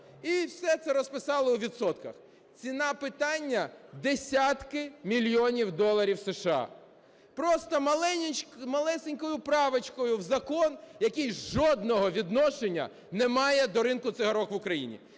І все це розписали у відсотках. Ціна питання – десятки мільйонів доларів США. Просто малесенькою правочкою в закон, який жодного відношення не має до ринку цигарок в Україні.